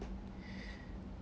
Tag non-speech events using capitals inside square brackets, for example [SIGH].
[BREATH]